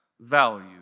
value